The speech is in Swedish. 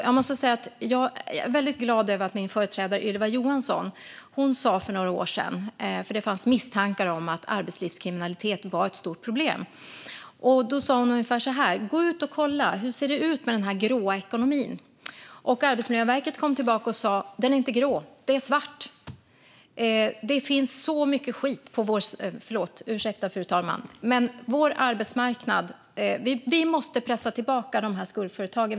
Jag måste säga att jag är väldigt glad över att min företrädare Ylva Johansson för några år sedan, då det fanns misstankar om att arbetslivskriminalitet var ett stort problem, sa ungefär så här: Gå ut och kolla hur det ser ut med den grå ekonomin! Arbetsmiljöverket kom tillbaka och sa: Den är inte grå, den är svart. Det finns så mycket skit - ursäkta, fru talman - på vår arbetsmarknad. Vi måste pressa tillbaka de här skurkföretagen.